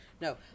no